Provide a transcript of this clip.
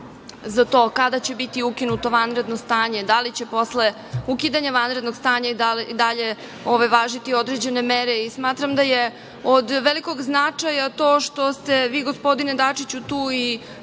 za to kada će biti ukinuto vanredno stanje, da li će posle ukidanja vanrednog stanja i dalje važiti određene mere. Smatram da je od velikog značaja to što ste vi gospodine Dačiću tu i